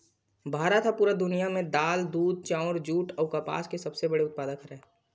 भारत हा पूरा दुनिया में दाल, दूध, चाउर, जुट अउ कपास के सबसे बड़े उत्पादक हरे